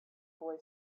boy